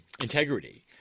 integrity